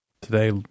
today